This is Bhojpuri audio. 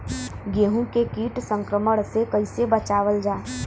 गेहूँ के कीट संक्रमण से कइसे बचावल जा?